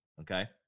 Okay